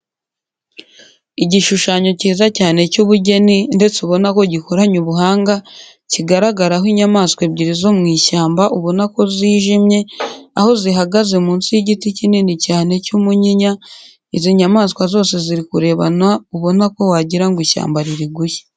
Igishushanyo cyiza cyane cy'ubugeni ndetse ubona ko gikoranye ubuhanga, kigaragaraho inyamanswa ebyiri zo mu ishyamba ubona ko zijimye, aho zihagaze munsi y'igiti kinini cyane cy'umunyinya, izi nyamanswa zose ziri kurebana ubona ko wagira ngo ishyamba riri gushya.